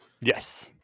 Yes